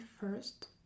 first